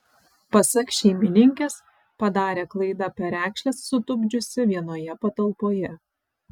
pasak šeimininkės padarė klaidą perekšles sutupdžiusi vienoje patalpoje